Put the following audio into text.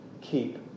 keep